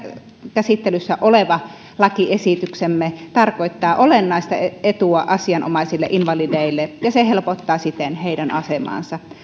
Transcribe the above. käsittelyssä oleva lakiesityksemme tarkoittaa olennaista etua asianomaisille invalideille ja se helpottaa siten heidän asemaansa